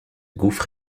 gouffre